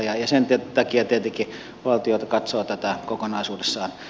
sen takia tietenkin valtio katsoo tätä kokonaisuudessaan